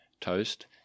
toast